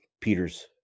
Peter's